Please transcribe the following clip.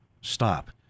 Stop